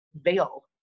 veil